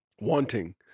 wanting